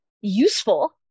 useful